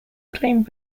claimed